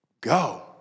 Go